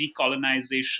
decolonization